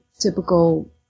typical